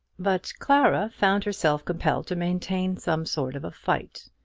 but clara found herself compelled to maintain some sort of a fight,